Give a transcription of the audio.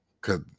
Cause